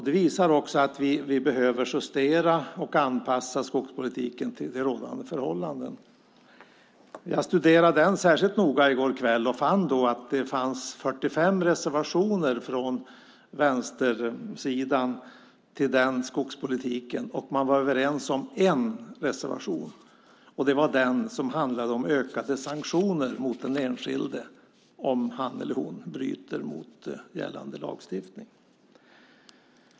Det visar att vi behöver justera och anpassa skogspolitiken till rådande förhållanden. Jag studerade det särskilt noga i går kväll och fann då att det fanns 45 reservationer från vänstersidan till den skogspolitiken. Man var överens om en reservation, och det var den som handlade om ökade sanktioner mot den enskilde om han eller hon bryter mot gällande lagstiftning.